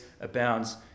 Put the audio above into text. abounds